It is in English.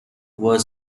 were